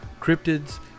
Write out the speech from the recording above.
cryptids